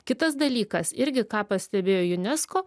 kitas dalykas irgi ką pastebėjo unesco